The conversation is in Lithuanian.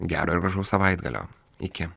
gero ir gražaus savaitgalio iki